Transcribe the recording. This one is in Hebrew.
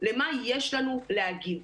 למה יש לנו להגיד.